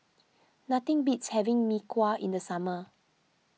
nothing beats having Mee Kuah in the summer